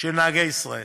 של נהגי ישראל.